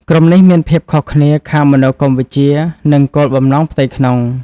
ក្រុមនេះមានភាពខុសគ្នាខាងមនោគមវិជ្ជា និងគោលបំណងផ្ទៃក្នុង។